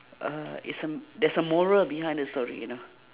uh it's a there's a moral behind the story you know